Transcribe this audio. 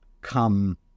come